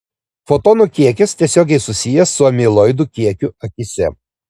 fotonų kiekis tiesiogiai susijęs su amiloidų kiekiu akyse